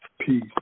Peace